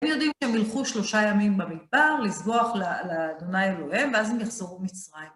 הם יודעים שהם ילכו שלושה ימים במדבר לזבוח לאדוני אלוהים, ואז הם יחזרו מצרים.